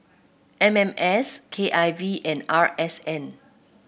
M M S K I V and R S N